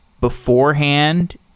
beforehand